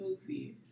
movie